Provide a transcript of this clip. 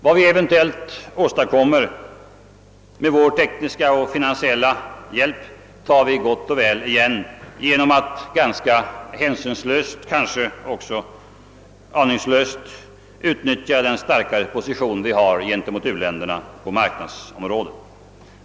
Vad vi eventuellt åstadkommer med vår tekniska och finansiella hjälp tar vi gott och väl igen genom att ganska hänsynslöst — kanske också aningslöst — utnyttja den starkare position vårt land har gentemot u-länderna på marknadsområdet.